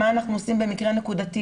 מה אנחנו עושים במקרה נקודתי,